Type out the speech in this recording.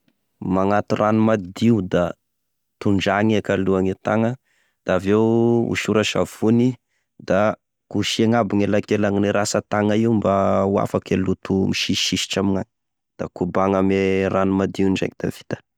Magnato rano madio da tondrahagny eky aloha e tagna, avy eo osora savony da kosehigny aby gny elakelan' gn gne rasa-tagna io mba ho afaky e loto misisisisitry amignagny, da kobany ame rano madio indraiky da vita.